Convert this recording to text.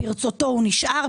ברצותו הוא נשאר,